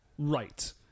Right